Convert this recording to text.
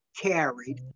carried